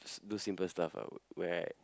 s~ do simple stuff ah where